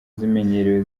zimenyerewe